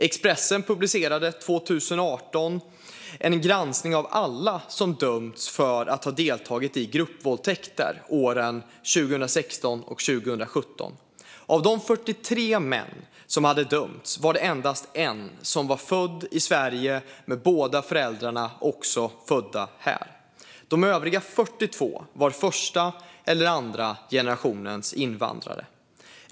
Expressen publicerade 2018 en granskning av alla som dömts för att ha deltagit i gruppvåldtäkter 2016 och 2017. Av de 43 män som hade dömts var det endast en som var född i Sverige med båda föräldrarna också födda här. De övriga 42 var första eller andra generationens invandrare.